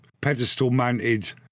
pedestal-mounted